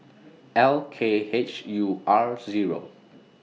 L K H U R Zero